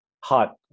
hot